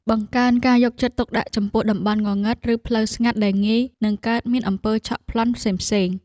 បង្កើនការយកចិត្តទុកដាក់ចំពោះតំបន់ងងឹត ឬផ្លូវស្ងាត់ដែលងាយនឹងកើតមានអំពើឆក់ប្លន់ផ្សេងៗ។